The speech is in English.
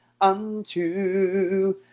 unto